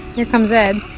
here comes ed.